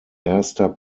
erster